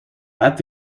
bed